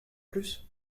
plus